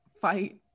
fight